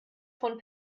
von